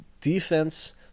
defense